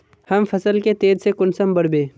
हम फसल के तेज से कुंसम बढ़बे?